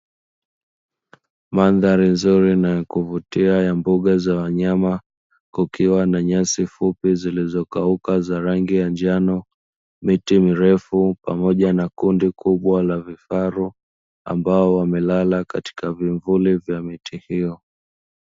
Mandhari nzuri na kuvutia ya mbuga za wanyama, kukiwa na nyasi fupi zilizokauka za rangi ya njano, miti mirefu pamoja na kundi kubwa la vifaru ambao wamelala katika vivuli vya miti hiyo.